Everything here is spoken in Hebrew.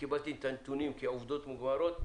וקיבלתי את הנתונים כעובדות מוגמרות,